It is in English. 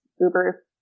Uber